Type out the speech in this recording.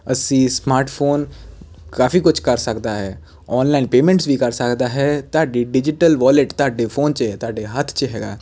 ਅਸੀਂ ਸਮਾਰਟਫੋਨ ਕਾਫੀ ਕੁਛ ਕਰ ਸਕਦਾ ਹੈ ਓਨਲਾਈਨ ਪੇਮੈਂਟ ਵੀ ਕਰ ਸਕਦਾ ਹੈ ਤੁਹਾਡੀ ਡਿਜੀਟਲ ਵੋਲਟ ਤੁਹਾਡੇ ਫੋਨ 'ਚ ਤੁਹਾਡੇ ਹੱਥ 'ਚ ਹੈਗਾ